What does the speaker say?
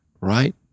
right